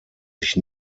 sich